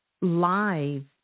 live